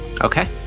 Okay